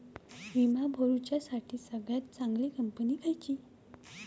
विमा भरुच्यासाठी सगळयात चागंली कंपनी खयची?